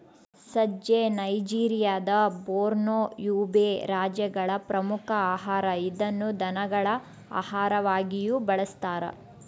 ಸಜ್ಜೆ ನೈಜೆರಿಯಾದ Borno, Yobe ರಾಜ್ಯಗಳ ಪ್ರಮುಖ ಆಹಾರ ಇದನ್ನು ದನಗಳ ಆಹಾರವಾಗಿಯೂ ಬಳಸ್ತಾರ